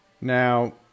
now